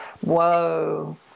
whoa